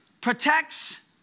protects